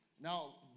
now